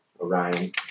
Orion